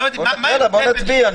אז בואו נצביע.